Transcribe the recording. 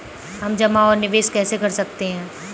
हम जमा और निवेश कैसे कर सकते हैं?